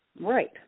right